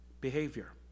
behavior